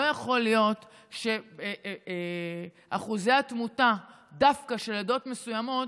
לא יכול להיות שאחוזי התמותה דווקא בעדות מסוימות